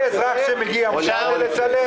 ולאזרח שמגיע מותר לצלם?